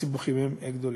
הסיבוכים הם גדולים.